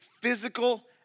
physical